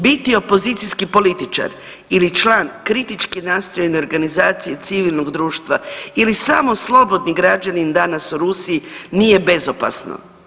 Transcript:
Biti opozicijski političar ili član kritički nastrojene organizacije civilnog društva ili samo slobodni građanin danas u Rusiji nije bezopasno.